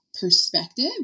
perspective